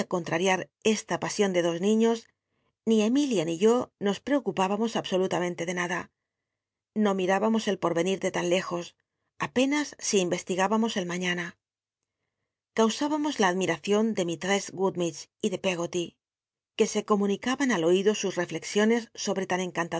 irariar esta pasion de dns ni iios ni yo nos preocu absolutamente de nada no nrinillamos el ljoi'i'cnir rlc tan lejos apenas si inrrstigübamos r l maiíana caus ibamos la achniracion de mistrc s gummidge y de peggol y que se comunicaban al oido sus reflexiones sobr e tan